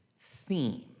theme